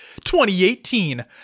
2018